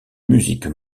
musique